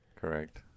Correct